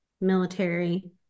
military